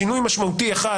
שינוי משמעותי אחד,